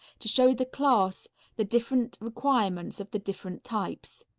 to show the class the different requirements of the different types.